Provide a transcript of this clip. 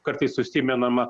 kartais užsimenama